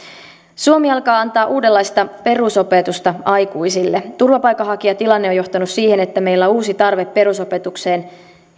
suomi alkaa antaa uudenlaista perusopetusta aikuisille turvapaikanhakijatilanne on johtanut siihen että meillä on uusi tarve perusopetukseen